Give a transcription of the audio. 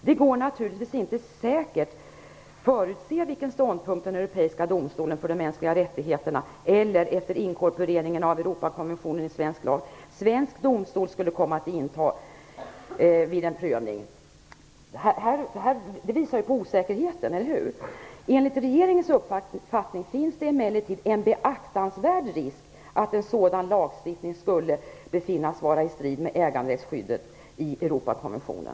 Det går naturligtvis inte att säkert förutse vilken ståndpunkt den europeiska domstolen för de mänskliga rättigheterna eller, efter inkorporeringen av Europakonventionen i svensk lag, svensk domstol skulle komma att inta vid en prövning. Detta visar på osäkerheten, eller hur? Vidare sägs: Enligt regeringens uppfattning finns det emellertid en beaktansvärd risk att en sådan lagstiftning skulle befinnas vara i strid med äganderättsskyddet i Europakonventionen.